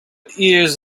ears